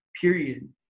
period